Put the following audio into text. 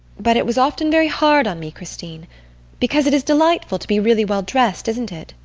but it was often very hard on me, christine because it is delightful to be really well dressed, isn't it?